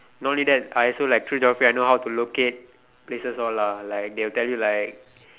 not only that I also like through geography I know how to locate places all lah like they will tell you like